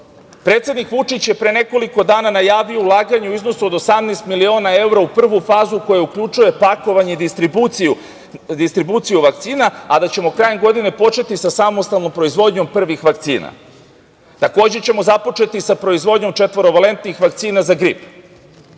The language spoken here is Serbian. "Torlak".Predsednik Vučić je pre nekoliko dana najavio ulaganje u iznosu od 18 miliona evra u prvu fazu, koja uključuje pakovanje i distribuciju vakcina, a da ćemo krajem godine početi sa samostalnom proizvodnjom prvih vakcina. Takođe ćemo započeti i sa proizvodnjom četvorovalentnih vakcina za grip,